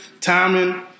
timing